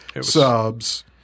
subs